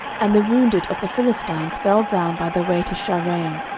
and the wounded of the philistines fell down by the way to shaaraim,